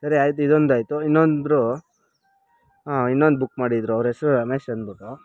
ಸರಿ ಆಯ್ತು ಇದೊಂದು ಆಯಿತು ಇನ್ನೊಂದು ಇನ್ನೊಂದು ಬುಕ್ ಮಾಡಿದ್ದರು ಅವ್ರ ಹೆಸ್ರು ರಮೇಶ್ ಅಂದ್ಬಿಟ್ಟು